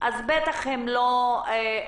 אז בטח שהן לא ייפנו.